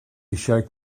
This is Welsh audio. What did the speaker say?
eisiau